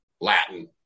Latin